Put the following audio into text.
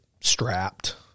strapped